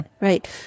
Right